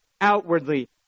outwardly